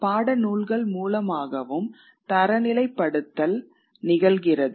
பாடநூல்கள் மூலமாகவும் தரநிலைப்படுத்தல் நிகழ்கிறது